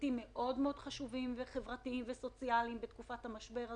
היבטים חברתיים וסוציאליים מאוד חשובים בתקופת המשבר הזה,